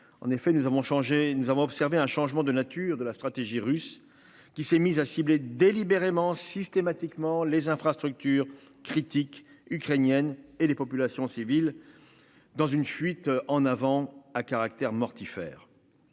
changé. Nous avons observé un changement de nature de la stratégie russe qui s'est mise à cibler délibérément systématiquement les infrastructures critiques ukrainiennes et les populations civiles. Dans une fuite en avant à caractère mortifère.